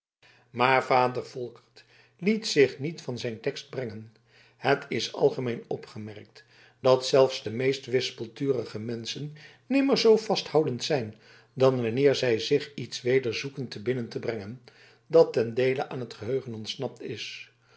maar vader volkert liet zich niet van zijn tekst brengen het is algemeen opgemerkt dat zelfs de meest wispelturige menschen nimmer zoo vasthoudend zijn dan wanneer zij zich iets weder zoeken te binnen te brengen dat ten deele aan t geheugen ontsnapt is